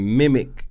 mimic